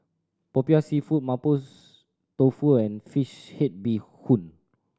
Popiah Seafood Mapo Tofu and fish head bee hoon